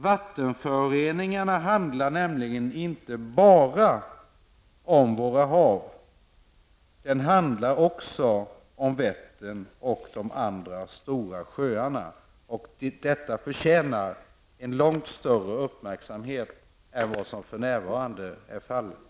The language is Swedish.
Vattenföroreningarna handlar nämligen inte bara om våra hav, utan de handlar också om Vättern och de andra stora sjöarna. Detta förtjänar en långt större uppmärksamhet än vad som för närvarande är fallet.